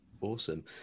Awesome